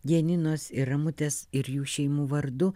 janinos ir ramutės ir jų šeimų vardu